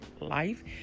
life